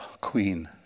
queen